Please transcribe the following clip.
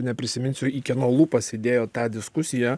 neprisiminsiu į kieno lūpas įdėjo tą diskusiją